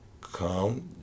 come